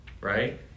Right